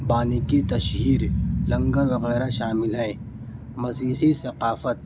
بانی کی تشہیر لنگر وغیرہ شامل ہیں مسیحی ثقافت